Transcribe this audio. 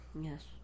Yes